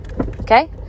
Okay